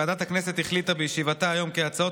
ועדת הכנסת החליטה בישיבתה היום כי ההצעות